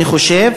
אני חושב